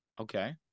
Okay